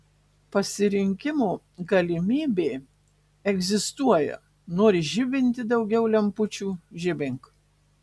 pasirinkimo galimybė egzistuoja nori žibinti daugiau lempučių žibink